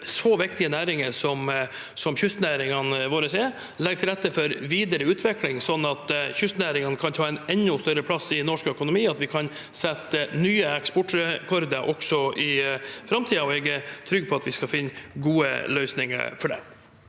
de viktige næringene som kystnæringene våre er, og legge til rette for en videre utvikling, slik at kystnæringene kan ta en enda større plass i norsk økonomi, og at vi kan sette nye ek sportrekorder også i framtiden. Jeg er trygg på at vi skal finne gode løsninger for det.